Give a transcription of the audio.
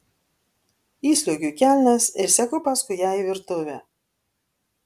įsliuogiu į kelnes ir seku paskui ją į virtuvę